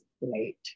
late